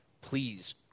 please